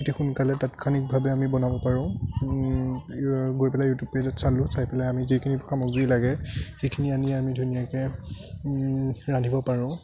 অতি সোনকালে তাৎক্ষণিকভাৱে আমি বনাব পাৰোঁ গৈ পেলাই ইউটিউব পেজত চালোঁ চাই পেলাই আমি যিখিনি সামগ্ৰী লাগে সেইখিনি আনি আমি ধুনীয়াকে ৰান্ধিব পাৰোঁ